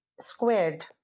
squared